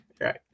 Right